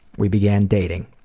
we began dating.